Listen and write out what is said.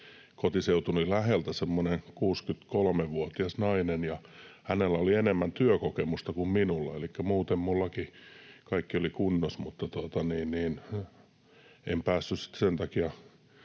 kotiseutuni läheltä semmoinen 63-vuotias nainen. Hänellä oli enemmän työkokemusta kuin minulla, elikkä muuten minullakin kaikki oli kunnossa, mutta en päässyt sitten